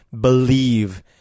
believe